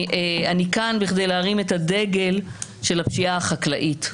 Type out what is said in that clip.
אני כאן בכדי להרים את הדגל של הפשיעה החקלאית.